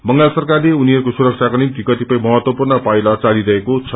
बंगाल सरकारले उनीहरूको सुरक्षाको निम्ति कतिपय महत्वपूर्ण पाइला चालिरहेको छ